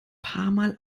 paarmal